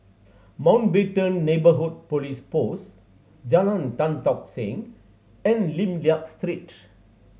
Mountbatten Neighbourhood Police Post Jalan Tan Tock Seng and Lim Liak Street